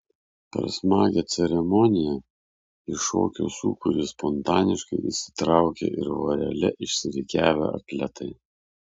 per smagią ceremoniją į šokio sūkurį spontaniškai įsitraukė ir vorele išsirikiavę atletai